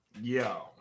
Yo